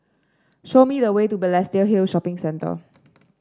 show me the way to Balestier Hill Shopping Centre